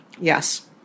Yes